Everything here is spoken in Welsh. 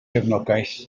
cefnogaeth